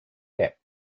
depp